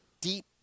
deep